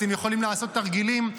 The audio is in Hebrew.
אתם יכולים לעשות תרגילים.